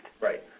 Right